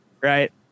right